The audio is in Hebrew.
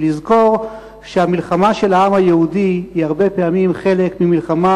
ונזכור שהמלחמה של העם היהודי היא הרבה פעמים חלק ממלחמה